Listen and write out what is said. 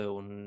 un